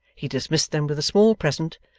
he dismissed them with a small present,